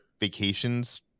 vacations